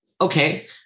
Okay